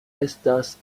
estas